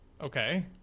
Okay